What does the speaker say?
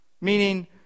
meaning